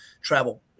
travel